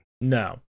No